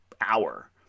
hour